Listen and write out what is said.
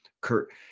Kurt –